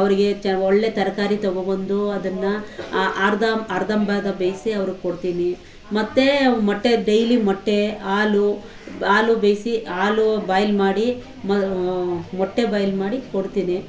ಅವರಿಗೆ ಚ ಒಳ್ಳೆ ತರಕಾರಿ ತಗೊಂಡ್ಬಂದು ಅದನ್ನು ಆ ಅರ್ದಮ್ ಅರ್ಧಂಬರ್ಧ ಬೇಯಿಸಿ ಅವ್ರಿಗೆ ಕೊಡ್ತೀನಿ ಮತ್ತು ಅವು ಮೊಟ್ಟೆ ಡೈಲಿ ಮೊಟ್ಟೆ ಆಲು ಆಲು ಬೇಯಿಸಿ ಆಲು ಬಾಯ್ಲ್ ಮಾಡಿ ಮೊಟ್ಟೆ ಬಾಯ್ಲ್ ಮಾಡಿ ಕೊಡ್ತೀನಿ